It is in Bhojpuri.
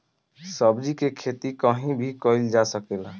सब्जी के खेती कहीं भी कईल जा सकेला